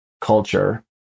culture